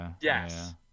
Yes